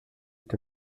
est